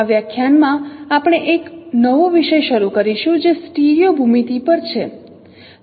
આ વ્યાખ્યાનમાં આપણે એક નવો વિષય શરૂ કરીશું જે સ્ટીરિયો ભૂમિતિ પર છે